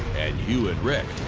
and hugh and rick.